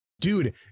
dude